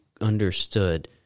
understood